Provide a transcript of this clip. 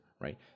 right